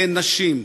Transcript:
הן נשים.